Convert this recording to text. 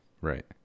Right